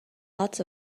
lots